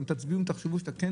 אם תחשבו שכן